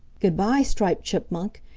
good-by, striped chipmunk!